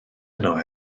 yno